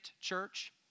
Church